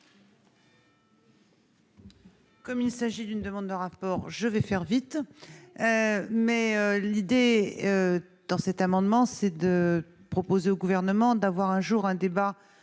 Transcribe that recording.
Comme il s'agit d'une demande de rapport, je vais faire vite mais l'idée dans cet amendement, c'est de proposer au gouvernement d'avoir un jour un débat